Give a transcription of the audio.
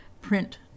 print